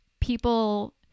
people